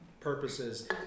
purposes